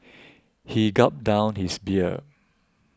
he gulped down his beer